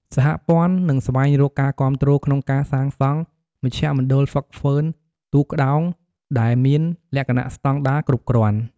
សហព័ន្ធនឹងស្វែងរកការគាំទ្រក្នុងការសាងសង់មជ្ឈមណ្ឌលហ្វឹកហ្វឺនទូកក្ដោងដែលមានលក្ខណៈស្តង់ដារគ្រប់់គ្រាន់។